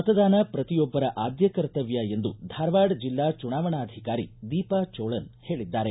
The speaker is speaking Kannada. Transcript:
ಮತದಾನ ಶ್ರತಿಯೊಬ್ಬರ ಆದ್ದ ಕರ್ತವ್ದ ಎಂದು ಧಾರವಾಡ ಜಿಲ್ಲಾ ಚುನಾವಣಾಧಿಕಾರಿ ದೀಪಾ ಚೋಳನ್ ಹೇಳಿದ್ದಾರೆ